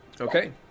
Okay